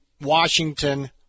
Washington